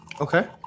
okay